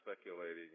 speculating